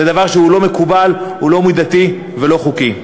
זה דבר שהוא לא מקובל, הוא לא מידתי ולא חוקי.